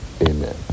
Amen